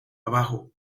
abajo